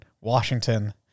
Washington